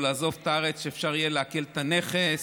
לעזוב את הארץ, אפשר יהיה לעקל את הנכס,